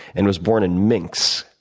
and was born in minks.